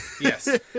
yes